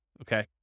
Okay